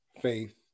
faith